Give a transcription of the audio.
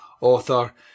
author